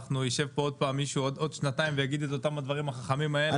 אם ישב פה עוד פעם מישהו עוד שנתיים ויגיד את אותם הדברים החכמים האלה.